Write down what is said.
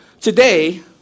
Today